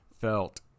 felt